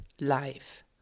life